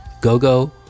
Go-Go